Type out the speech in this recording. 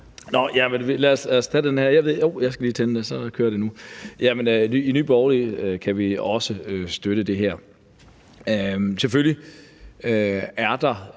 I Nye Borgerlige kan vi også støtte det her. Selvfølgelig kan der